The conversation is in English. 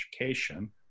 Education